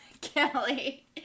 Kelly